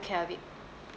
care of it